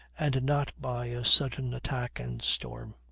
and not by a sudden attack and storm.